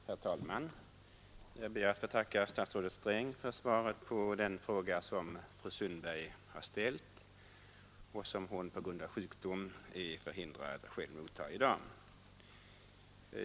Herr talman! Jag ber att få tacka statsrådet Sträng för svaret på den fråga som fru Sundberg har ställt och som hon på grund av sjukdom är förhindrad att själv motta i dag.